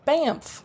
Bamf